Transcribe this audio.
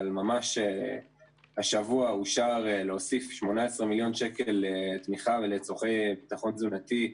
אבל ממש השבוע אושר להוסיף 18 מיליון שקל לתמיכה ולצרכי ביטחון תזונתי,